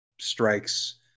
strikes